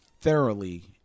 thoroughly